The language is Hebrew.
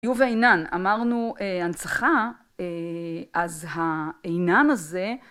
יובה עינן אמרנו: א... הנצחה א... אז העינן הזה